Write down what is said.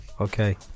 Okay